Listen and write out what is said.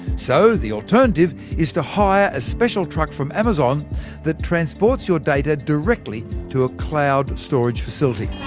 so, the alternative is to hire a special truck from amazon that transports your data directly to a cloud storage facility.